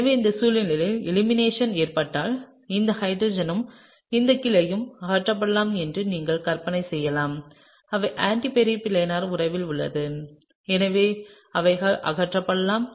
எனவே இந்த சூழ்நிலையில் எலிமினேஷன் ஏற்பட்டால் இந்த ஹைட்ரஜனும் இந்த கிளையும் அகற்றப்படலாம் என்று நீங்கள் கற்பனை செய்யலாம் அவை ஆன்டி பெரிப்ளனார் உறவில் உள்ளன எனவே அவை அகற்றப்படலாம்